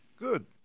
Good